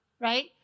right